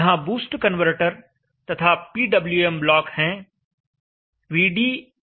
यहां boost converter तथा PWM block हैं